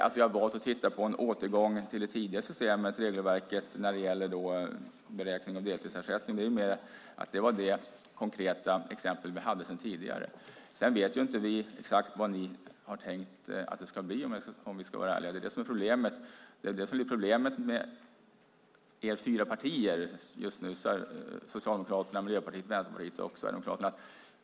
Att vi har valt att titta på det en återgång till det tidigare systemet och regelverket för beräkning av deltidsersättning är mer att det var det konkreta exempel vi hade sedan tidigare. Sedan vet vi inte exakt vad ni har tänkt att det ska bli, om vi ska vara ärliga. Det blir problemet med er fyra partier, Socialdemokraterna, Miljöpartiet, Vänsterpartiet och Sverigedemokraterna.